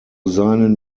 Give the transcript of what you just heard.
seinen